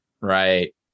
Right